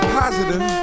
positive